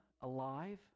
alive